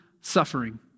suffering